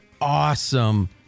awesome